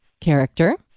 character